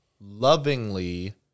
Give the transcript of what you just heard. lovingly